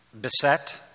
beset